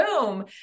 boom